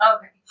Okay